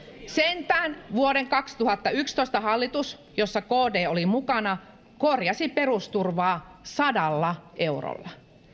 sentään vuoden kaksituhattayksitoista hallitus jossa kd oli mukana korjasi perusturvaa sadalla eurolla